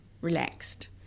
relaxed